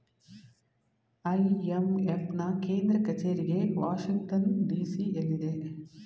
IMF ನಾ ಕೇಂದ್ರ ಕಚೇರಿಗೆ ವಾಷಿಂಗ್ಟನ್ ಡಿ.ಸಿ ಎಲ್ಲಿದೆ